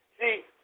See